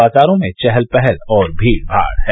बाजारों में चहल पहल और भीड़ भाड़ है